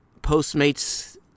Postmates